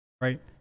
Right